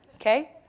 Okay